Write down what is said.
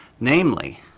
Namely